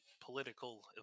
political